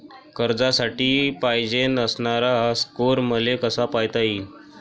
कर्जासाठी पायजेन असणारा स्कोर मले कसा पायता येईन?